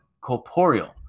corporeal